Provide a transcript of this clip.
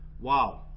Wow